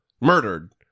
murdered